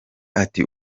ati